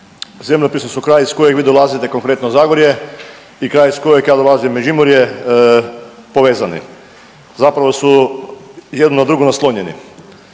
zemljopisno su kraj iz kojeg vi dolazite konkretno Zagorje i kraj iz kojeg ja dolazim Međimurje povezani. Zapravo su jedno na drugo naslonjeni.